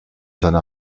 seine